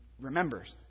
remembers